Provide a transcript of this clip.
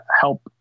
help